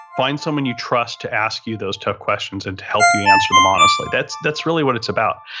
find someone you trust to ask you those tough questions and to help you answer them honestly. that's that's really what it's about.